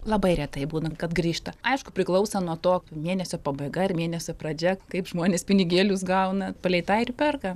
labai retai būna kad grįžta aišku priklauso nuo to mėnesio pabaiga ar mėnesio pradžia kaip žmonės pinigėlius gauna palei tą ir perka